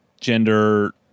gender